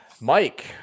Mike